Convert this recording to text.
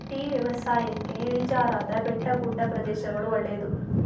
tea ವ್ಯವಸಾಯಕ್ಕೆ ಇಳಿಜಾರಾದ ಬೆಟ್ಟಗುಡ್ಡ ಪ್ರದೇಶಗಳು ಒಳ್ಳೆದು